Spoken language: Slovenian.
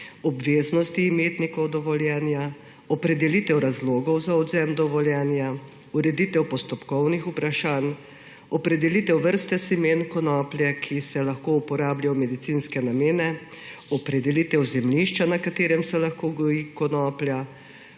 obveznosti imetnikov dovoljenja, opredelitev razlogov za odvzem dovoljenja, ureditev postopkovnih vprašanj, opredelitev vrste semen konoplje, ki se lahko uporablja v medicinske namene, opredelitev zemljišča, na katerem se lahko goji konoplja,